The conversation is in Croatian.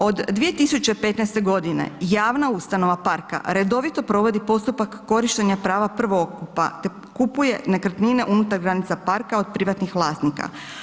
Od 2015. g. javna ustanova parka redovito provodit postupak korištenja prava prvokupa te kupuje nekretnine unutar granica od privatnih vlasnika.